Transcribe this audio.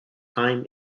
time